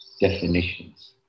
definitions